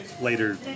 later